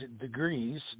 degrees